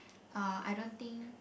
uh I don't think